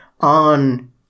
on